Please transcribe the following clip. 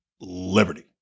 liberty